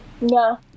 no